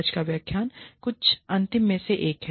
आज का व्याख्यान कुछ अंतिम में से एक है